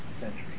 century